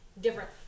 different